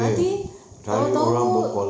nanti tahu tahu